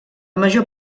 major